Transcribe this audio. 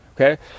okay